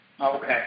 Okay